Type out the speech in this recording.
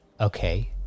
Okay